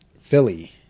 Philly